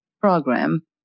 Program